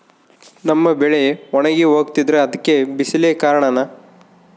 ನಮ್ಮ ಬೆಳೆ ಒಣಗಿ ಹೋಗ್ತಿದ್ರ ಅದ್ಕೆ ಬಿಸಿಲೆ ಕಾರಣನ?